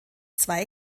zwei